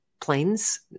planes